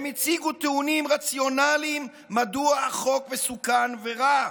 הם הציגו טיעונים רציונליים מדוע החוק מסוכן ורע.